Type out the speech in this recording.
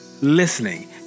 listening